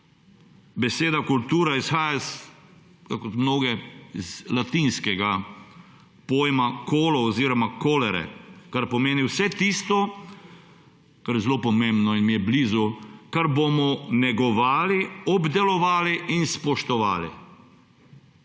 Beseda kultura izhaja, tako kot mnoge, iz latinskega pojma »colo« oziroma glagola »colere«, kar pomeni vse tisto – kar je zelo pomembno in mi je blizu –, kar bomo negovali, obdelovali in spoštovali.